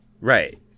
right